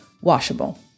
washable